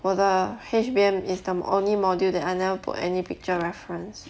我的 H B M is the only module that I never put any picture reference